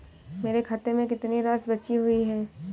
मेरे खाते में कितनी राशि बची हुई है?